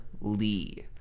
Lee